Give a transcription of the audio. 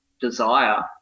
desire